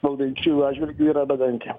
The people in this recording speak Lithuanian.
valdančiųjų atžvilgiu yra bedantė